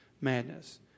madness